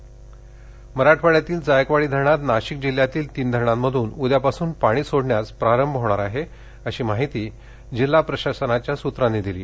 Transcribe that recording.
जायकवाडी मराठवाङ्यातील जायकवाडी धरणात नाशिक जिल्ह्यातील तीन धरणांमधून उद्यापासून पाणी सोडण्यास प्रारंभ होणार आहे अशी माहिती जिल्हा प्रशासनाच्या सूत्रांनी दिली